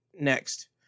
next